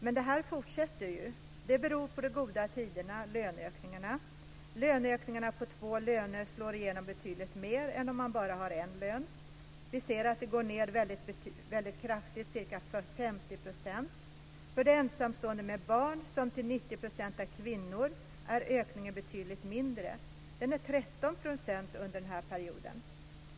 Men det här fortsätter ju. Det beror på de goda tiderna, löneökningarna. Löneökningarna på två löner slår igenom betydligt mer än om man bara har en lön. Vi ser att det går ned väldigt kraftigt, ca 50 %. För de ensamstående med barn, som till 90 % är kvinnor, är ökningen betydligt mindre. Den är 13 % under den här perioden.